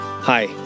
Hi